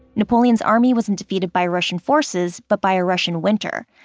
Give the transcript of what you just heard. napoleon's army wasn't defeated by russian forces, but by a russian winter.